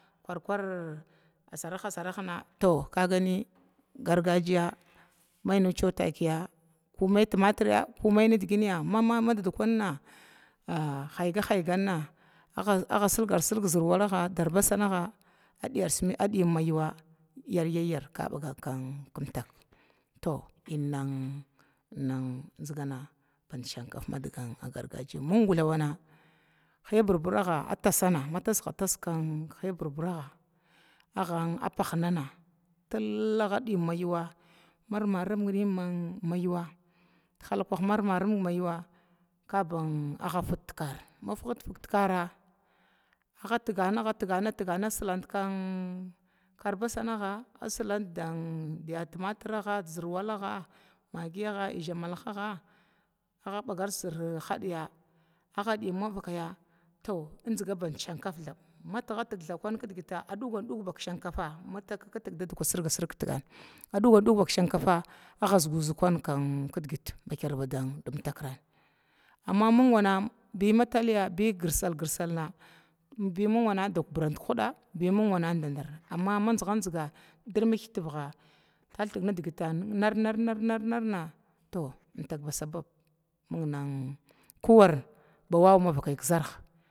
Kurkur asarh sarah na to kagani gargajiya manud cewa takiya ko mai tomatur ya ko mai diginya mama dadkuna maidiginya higahiganna agga silgar silga zər walaga da albasaraga agga diyarsa adiyim mayuwa yaryayar kaba, kan kaba bagan kumtaka, to in wan inwan ziganna shinkaf man zigana gargajiye ming thawana hiya babiraga agga tasana hiya babiraha tasin nana ma tasga tasga hibabira agga tasnana agga pahana ma pahga pahga til agga diyim ma yuwa ma rimaring nin mayuwa, ta ting tihalakwaha ma rima rimg ma yuwa kaban agga fit tiyiwa kara ma figit fig tikara agga tigana agga tigana kan kan albasanaga agga silant diya timaturaga dizir walaga maggiya əzdzamahaga agga bagar zir hadiya bagga diyim mavakaya to zinga ban shinkaf thaba matiga tig thakun kidgida agga dugant duga ba shinkafa, ma takatig dadka sirga sirg ki tigana agga dugan duga ba shinkafa agga zugu zig kun kidgita ba kirba dim takirana, amma ming wana bi ma talya bi girsal girsal na bi ming wana da kubrant kuhuda bi ma ming wana dadar, amma ma zinga zinga dirmik tiviga taltig digitia nar nar nar, to əmtak ba sabab ming nin kuwar ba waw manvaki zərha.